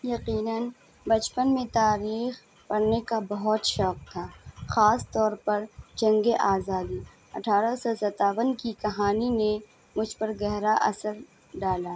یقیناً بچپن میں تاریخ پڑھنے کا بہت شوق تھا خاص طور پر جنگِ آزادی اٹھارہ سو ستاون کی کہانی نے مجھ پر گہرا اثر ڈالا